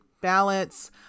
ballots